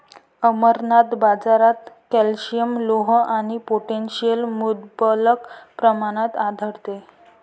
अमरनाथ, बाजारात कॅल्शियम, लोह आणि पोटॅशियम मुबलक प्रमाणात आढळते